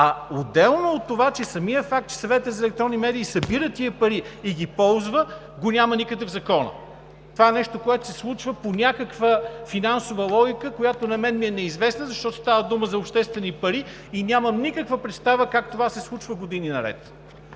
А отделно от това, самият факт, че Съветът за електронни медии събира тези пари и ги ползва, го няма никъде в Закона. Това е нещо, което се случва по някаква финансова логика, която на мен ми е неизвестна, защото става дума за обществени пари, и нямам никаква представа как това се случва години наред?